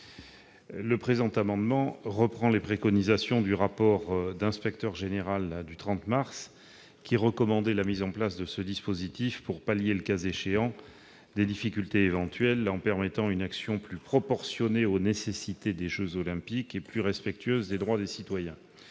Le présent amendement vise à reprendre les préconisations du rapport de l'Inspection générale des finances du 30 mars dernier, qui recommandait la mise en place de ce dispositif pour pallier, le cas échéant, les difficultés éventuelles, en permettant une action plus proportionnée aux nécessités des jeux Olympiques et plus respectueuse des droits des citoyens.